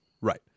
Right